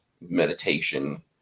meditation